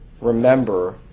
Remember